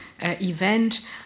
event